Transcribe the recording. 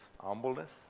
humbleness